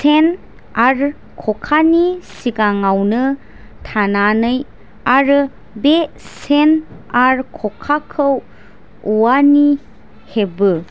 सेन आरो ख'खानि सिगाङावनो थानानै आरो बे सेन आरो ख'खाखौ औवानि हेबो